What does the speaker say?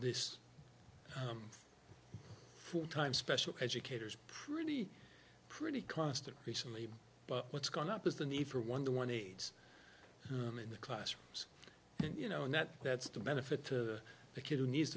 this full time special educators pretty pretty constant recently but what's going up is the need for one the one aids in the classrooms and you know in that that's the benefit to the kid who needs